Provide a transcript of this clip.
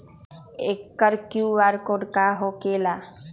एकर QR code का होकेला?